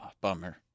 Bummer